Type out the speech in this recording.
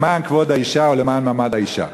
למען כבוד האישה ולמען מעמד האישה.